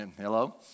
hello